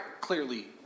clearly